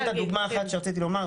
נותן את הדוגמה שרציתי לומר.